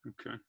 Okay